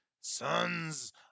sons